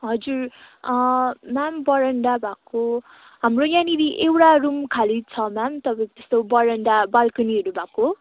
हजुर ma'am veranda भएको हाम्रो यहाँनिर एउटा रुम खाली छ म्याम तपाईँ त्यस्तो बरन्डा बाल्कोनीहरू भएको